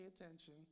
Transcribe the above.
attention